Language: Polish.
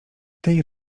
tej